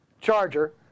Charger